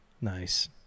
Nice